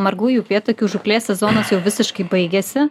margųjų upėtakių žūklės sezonas jau visiškai baigėsi